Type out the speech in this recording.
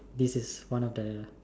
this is one of the